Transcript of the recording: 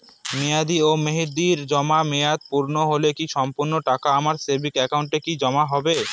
মেয়াদী মেহেদির জমা মেয়াদ পূর্ণ হলে কি সম্পূর্ণ টাকা আমার সেভিংস একাউন্টে কি জমা হবে?